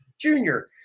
junior